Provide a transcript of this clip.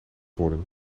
worden